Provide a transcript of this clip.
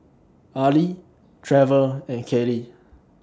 Arlie Trevor and Kalie